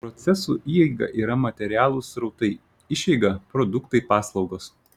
procesų įeiga yra materialūs srautai išeiga produktai paslaugos